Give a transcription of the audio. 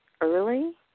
early